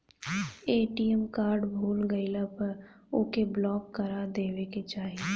ATM card भूला गईला पअ ओके ब्लाक करा देवे के चाही